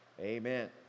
amen